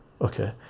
okay